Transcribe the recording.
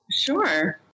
Sure